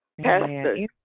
pastor